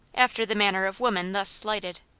after the manner of women thus slighted.